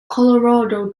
colorado